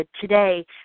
today